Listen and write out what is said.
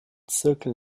zirkel